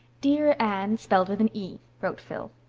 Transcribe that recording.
dear anne spelled with an e, wrote phil,